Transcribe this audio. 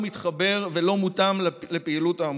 מתחברים ולא מותאמים לפעילות העמותות.